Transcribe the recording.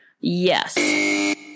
Yes